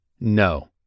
No